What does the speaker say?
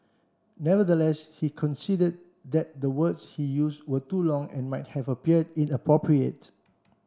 nevertheless he conceded that the words he use were too long and might have appeared inappropriate